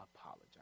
apologize